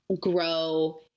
grow